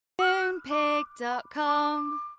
Moonpig.com